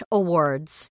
awards